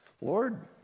Lord